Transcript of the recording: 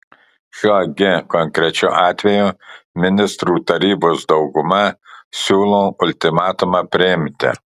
šiuo gi konkrečiu atveju ministrų tarybos dauguma siūlo ultimatumą priimti